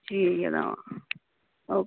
ठीक ऐ तां ओ